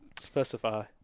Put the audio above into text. specify